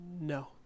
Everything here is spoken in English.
No